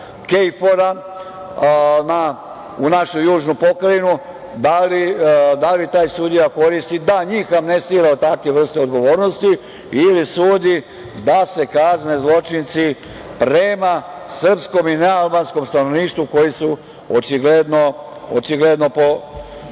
KFOR-a u našu južnu pokrajinu, da li taj sudija koristi da njih amnestira od takve vrste odgovornosti ili sudi da se kazne zločinci prema srpskom i nealbanskom stanovništvu koji su očigledno